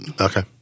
Okay